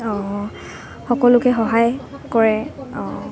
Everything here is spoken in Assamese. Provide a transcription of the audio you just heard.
সকলোকে সহায় কৰে